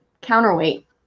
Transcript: counterweight